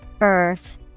Earth